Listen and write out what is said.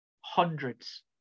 hundreds